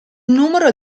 numero